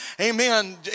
Amen